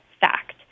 fact